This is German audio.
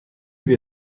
wir